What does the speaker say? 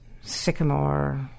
Sycamore